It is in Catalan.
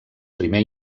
primer